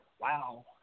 wow